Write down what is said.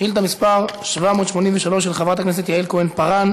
שאילתה 783 של חברת הכנסת יעל כהן-פארן,